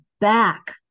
back